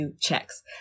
checks